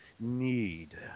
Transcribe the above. Need